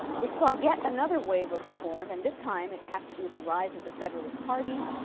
which saw yet another wave of reform and this time it has to do with the rise of the federalist party.